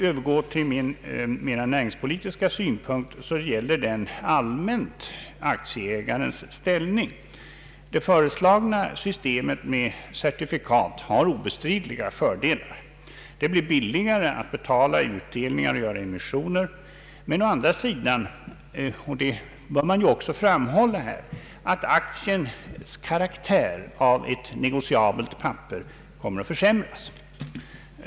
Den näringspolitiska synpunkten gäller mera allmänt aktieägarens ställning. Det föreslagna systemet med certifikat har obestridliga fördelar. Det blir billigare att betala utdelningar och göra emissioner. Men å andra sidan — och det bör också framhållas här — kommer aktiens karaktär av negociabelt papper att försämras.